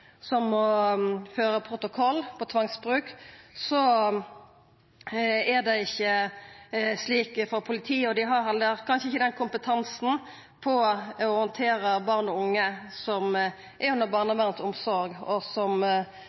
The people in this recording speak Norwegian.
må føra protokoll over tvangsbruk, er det ikkje slik for politiet, og dei har kanskje heller ikkje den kompetansen på å handtera barn og unge som barnevernet har omsorg for, og som